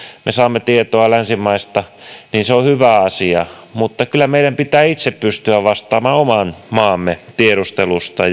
me saamme tietoa länsimaista on hyvä asia mutta kyllä meidän pitää itse pystyä vastaamaan oman maamme tiedustelusta